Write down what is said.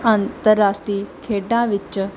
ਅੰਤਰਰਾਸ਼ਟਰੀ ਖੇਡਾਂ ਵਿੱਚ